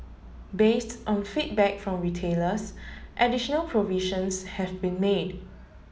based on feedback from retailers additional provisions have been made